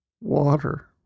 Water